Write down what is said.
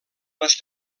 les